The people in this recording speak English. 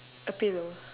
a pillow